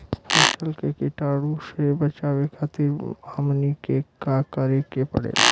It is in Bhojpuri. फसल के कीटाणु से बचावे खातिर हमनी के का करे के पड़ेला?